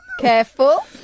Careful